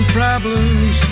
problems